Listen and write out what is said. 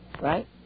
Right